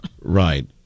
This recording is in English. Right